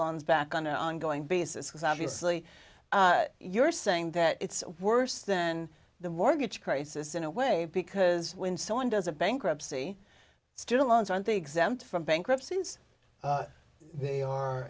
loans back on an ongoing basis because obviously you're saying that it's worse then the mortgage crisis in a way because when someone does a bankruptcy student loans aren't exempt from bankruptcy they are